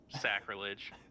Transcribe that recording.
Sacrilege